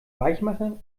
weichmacher